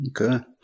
Okay